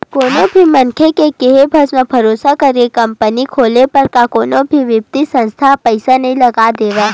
कोनो भी मनखे के केहे बस म, भरोसा करके कंपनी खोले बर का कोनो भी बित्तीय संस्था ह पइसा नइ लगा देवय